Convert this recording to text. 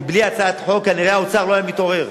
כי בלי הצעת חוק כנראה האוצר לא היה מתעורר.